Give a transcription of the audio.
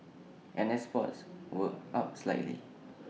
and exports were up slightly